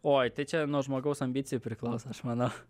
oi tai čia nuo žmogaus ambicijų priklauso aš manau